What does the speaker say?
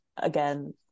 again